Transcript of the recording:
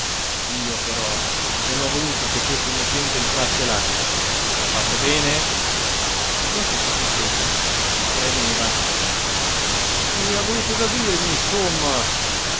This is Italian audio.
io però non ho voluto che questa innocente entrasse là ho fatto bene il vecchio si contenne fremeva che avete da dirmi insomma